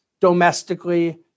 domestically